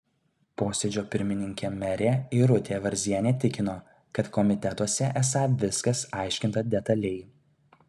posėdžio pirmininkė merė irutė varzienė tikino kad komitetuose esą viskas aiškinta detaliai